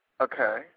Okay